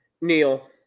neil